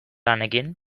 lanekin